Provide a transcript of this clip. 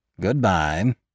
Goodbye